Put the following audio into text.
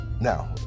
Now